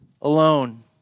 Alone